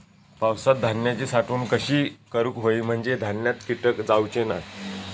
पावसात धान्यांची साठवण कशी करूक होई म्हंजे धान्यात कीटक जाउचे नाय?